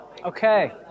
Okay